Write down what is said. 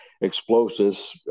explosives